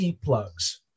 plugs